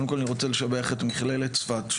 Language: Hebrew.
קודם כול אני רוצה לשבח את מכללת צפת,